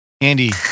Andy